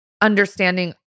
understanding